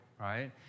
right